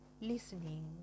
listening